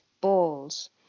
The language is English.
balls